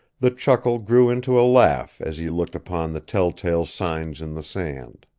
the chuckle grew into a laugh as he looked upon the telltale signs in the sand.